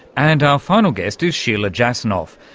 and our final guest is sheila jasanoff,